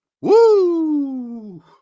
Woo